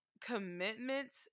commitment